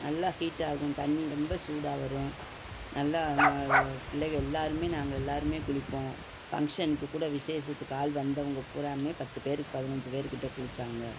நல்லா ஹீட் ஆகும் தண்ணி ரொம்ப சூடாக வரும் நல்லா பிள்ளைகள் எல்லாருமே நாங்கள் எல்லாருமே குளிப்போம் ஃபங்க்ஷனுக்கு கூட விஷேசத்துக்கு ஆள் வந்தவங்க பூராமே பத்து பேர் பதினஞ்சி பேர் கிட்ட குளிச்சாங்க